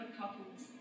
couples